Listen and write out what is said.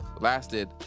lasted